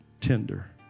tender